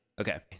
Okay